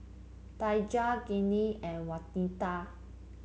Daija Gennie and Wanita